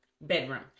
bedroom